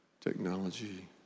technology